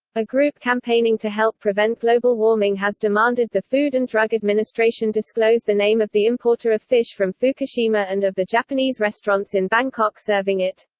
a group campaigning to help prevent global warming has demanded the food and drug administration disclose the name of the importer of fish from fukushima and of the japanese restaurants in bangkok serving it.